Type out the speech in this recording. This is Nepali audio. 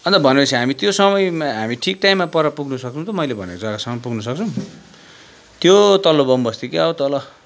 अन्त भनेपछि हामी त्यो समयमा हामी ठिक टाइममा पर पुग्न सकिन्छ मैले भनेको जग्गासम्म पुग्नसक्छौँ त्यो तल्लो बमबस्ती क्या हो तल